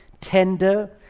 tender